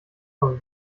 aus